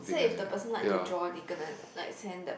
so if the person like to draw they gonna like send the